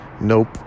Nope